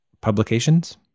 publications